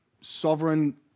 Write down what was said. sovereign